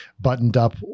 buttoned-up